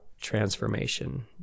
transformation